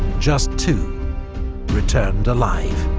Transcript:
just two returned alive.